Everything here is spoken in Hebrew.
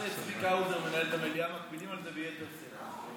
כשצביקה האוזר מנהל את המליאה מקפידים על זה ביתר שאת.